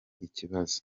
ikibazo